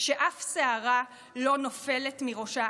שאף שערה לא נופלת מראשה,